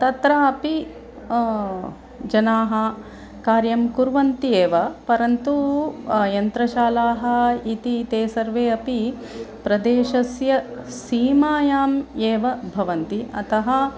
तत्रापि जनाः कार्यं कुर्वन्ति एव परन्तु यन्त्रशालाः इति ते सर्वे अपि प्रदेशस्य सीमायाम् एव भवन्ति अतः